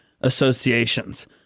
associations